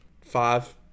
five